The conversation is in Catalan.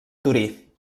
torí